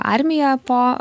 armiją po